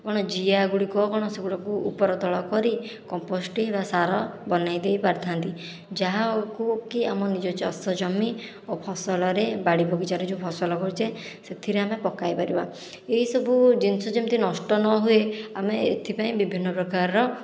କ'ଣ ଜିଆ ଗୁଡ଼ିକ କ'ଣ ସେଗୁଡ଼ାକୁ ଉପରତଳ କରି କମ୍ପୋଷ୍ଟ ବା ସାର ବନେଇ ଦେଇ ପାରିଥା'ନ୍ତି ଯାହାକୁ କି ଆମ ନିଜ ଚାଷ ଜମି ଓ ଫସଲରେ ବାଡ଼ି ବଗିଚାରେ ଯେଉଁ ଫସଲ କରୁଛେ ସେଥିରେ ଆମେ ପକାଇ ପାରିବା ଏହି ସବୁ ଜିନିଷ ଯେମିତି ନଷ୍ଟ ନ ହୁଏ ଆମେ ଏଥି ପାଇଁ ବିଭିନ୍ନ ପ୍ରକାରର